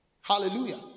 hallelujah